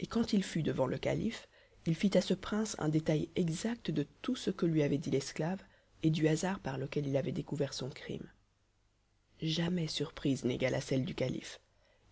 et quand il fut devant le calife il fit à ce prince un détail exact de tout ce que lui avait dit l'esclave et du hasard par lequel il avait découvert son crime jamais surprise n'égala celle du calife